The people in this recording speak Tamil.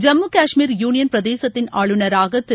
ஜம்மு காஷ்மீர் யூனியன் பிரதேசத்தின் ஆளுநராக திரு